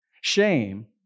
Shame